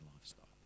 lifestyle